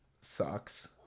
sucks